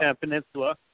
Peninsula